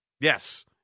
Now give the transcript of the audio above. Yes